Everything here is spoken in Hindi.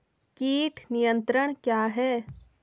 कीट नियंत्रण क्या है?